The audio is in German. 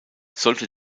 sollte